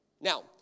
Now